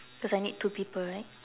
cause I need two people right